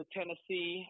Tennessee